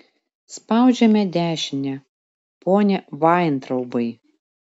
spaudžiame dešinę pone vaintraubai